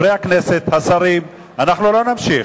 חברי הכנסת, השרים, אנחנו לא נמשיך.